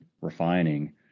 refining